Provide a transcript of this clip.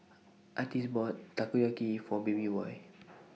Artis bought Takoyaki For Babyboy